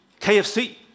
KFC